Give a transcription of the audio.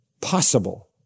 possible